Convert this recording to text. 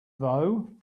though